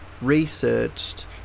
researched